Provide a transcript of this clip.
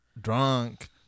Drunk